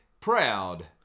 Proud